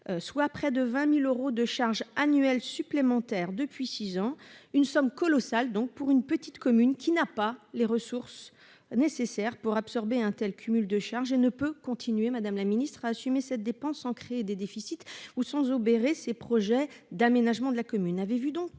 soit près de 20 000 euros de charges annuelles supplémentaires depuis six ans. Il s'agit d'une somme colossale pour une petite commune qui n'a pas les ressources nécessaires pour absorber un tel cumul de charges et qui ne peut continuer à assumer cette dépense sans créer de déficit ou sans obérer ses projets d'aménagement. Avez-vous